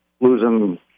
losing